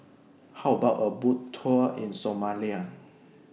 How about A Boat Tour in Somalia